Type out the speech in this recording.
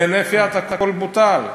בהינף יד הכול בוטל.